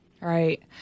Right